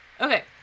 Okay